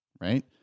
right